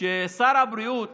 שר הבריאות